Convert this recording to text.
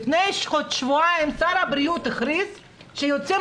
לפני שבועיים שר הבריאות הכריז שיוצאים